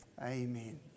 amen